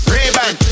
Ray-Ban